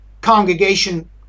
congregation